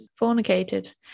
fornicated